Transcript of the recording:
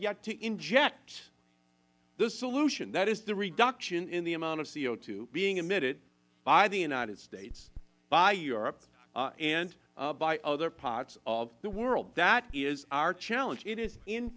yet to inject the solution that is the reduction in the amount of co being emitted by the united states by europe and by other parts of the world that is our challenge it is in